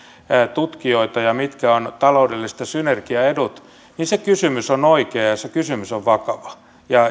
tutkijoita ja mitkä ovat taloudelliset synergiaedut on oikea ja se kysymys on vakava